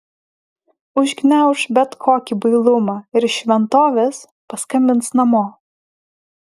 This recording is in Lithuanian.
užgniauš bet kokį bailumą ir iš šventovės paskambins namo